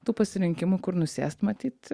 tų pasirinkimų kur nusėst matyt